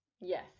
Yes